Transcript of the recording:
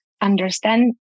understand